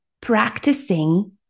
practicing